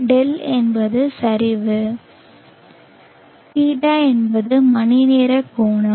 δ என்பது சரிவு the என்பது மணிநேர கோணம்